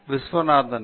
Viswanathan